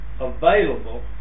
available